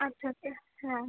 আচ্ছা আচ্ছা হ্যাঁ